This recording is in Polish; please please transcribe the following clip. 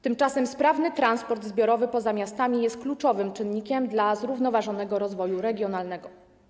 Tymczasem sprawny transport zbiorowy poza miastami jest kluczowym czynnikiem dla zrównoważonego rozwoju regionalnego.